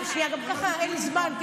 שנייה, גם ככה אין לי זמן.